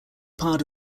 part